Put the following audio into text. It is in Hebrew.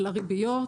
על הריביות,